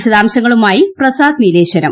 വിശദാംശങ്ങളുമായി പ്രസാദ് നീലേശ്വരം